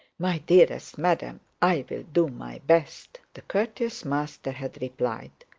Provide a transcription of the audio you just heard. my dearest madam, i'll do my best the courteous master had replied.